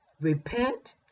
repent